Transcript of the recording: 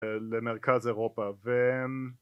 למרכז אירופה ו...